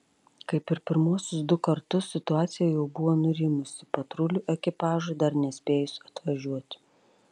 kaip ir pirmuosius du kartus situacija jau buvo nurimusi patrulių ekipažui dar nespėjus atvažiuoti